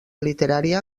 literària